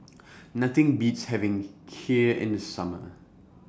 Nothing Beats having Kheer in The Summer